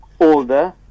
older